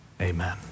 amen